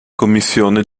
commissione